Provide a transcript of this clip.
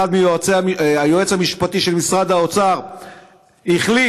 שהיועץ המשפטי של משרד האוצר החליט